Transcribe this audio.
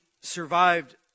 survived